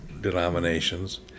denominations